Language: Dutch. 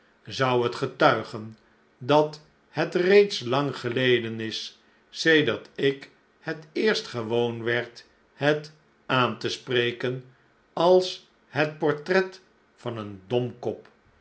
zou het getuigen dat het reeds lang geleden is sedert ik het eerst gewoon werd het aan te spreken als het portret van een domkop